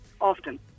Often